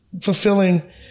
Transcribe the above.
fulfilling